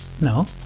No